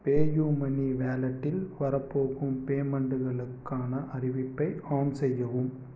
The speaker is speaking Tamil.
பேயூமனி வாலெட்டில் வரப்போகும் பேமென்ட்களுக்கான அறிவிப்பை ஆன் செய்யவும்